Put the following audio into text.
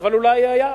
אבל אולי היה.